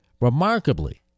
Remarkably